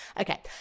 Okay